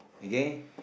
okay